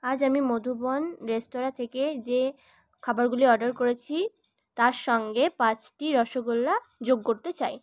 আজ আমি মধুবন রেস্তোরাঁ থেকে যে খাবারগুলি অর্ডার করেছি তার সঙ্গে পাঁচটি রসগোল্লা যোগ করতে চাই